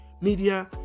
media